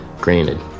Granted